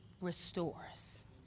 restores